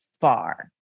far